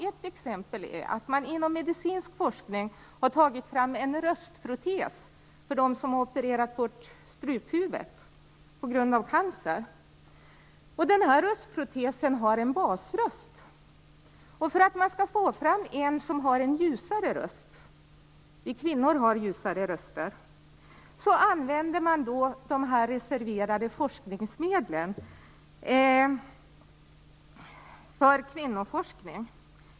Ett exempel är att man inom medicinsk forskning har tagit fram en röstprotes för dem som har opererat bort struphuvudet på grund av cancer. Denna röstprotes har en basröst. För att man skall få fram en som har en ljusare röst - vi kvinnor har ljusare röster - använder man de reserverade forskningsmedlen för kvinnoforskning.